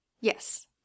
Yes